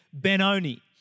Benoni